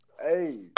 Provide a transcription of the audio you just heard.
Hey